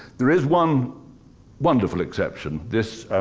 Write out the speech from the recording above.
the is one wonderful exception this